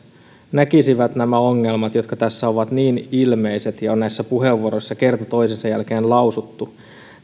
näkisivät nämä ongelmat jotka tässä ovat niin ilmeiset ja on näissä puheenvuoroissa kerta toisensa jälkeen lausuttu